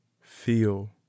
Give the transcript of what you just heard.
feel